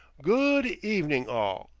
good evening, all!